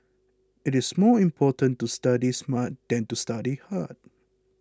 it is more important to study smart than to study hard